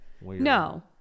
no